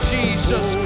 Jesus